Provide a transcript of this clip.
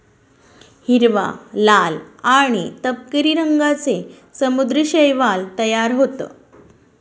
हिरवा, लाल आणि तपकिरी रंगांचे समुद्री शैवाल तयार होतं